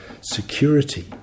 security